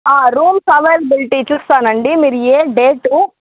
rooms availability చూస్తానండి మీరు ఏ డేటు